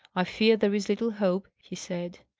i fear there is little hope, he said.